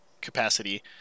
capacity